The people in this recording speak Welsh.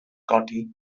godi